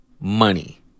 money